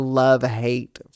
love-hate